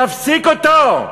תפסיק אותו.